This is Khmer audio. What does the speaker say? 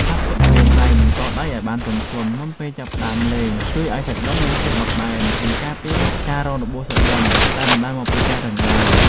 ហាត់ពត់ម្រាមដៃ និងកដៃឱ្យបានទន់ភ្លន់មុនពេលចាប់ផ្តើមលេងជួយឱ្យសាច់ដុំមានភាពបត់បែន និងការពារការរងរបួសសាច់ដុំដែលបណ្ដាលមកពីការរឹងដៃ។